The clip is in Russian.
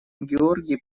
георгий